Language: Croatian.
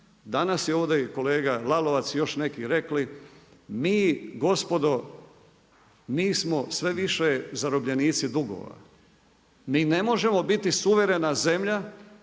Danas je ovdje i kolega Lalovac i još neki rekli mi gospodo, mi smo sve više zarobljenici dugova, mi ne možemo biti suverena zemlja,